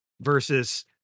versus